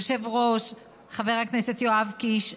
היושב-ראש חבר הכנסת יואב קיש,